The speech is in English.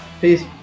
Peace